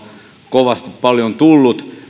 kovasti paljon tullut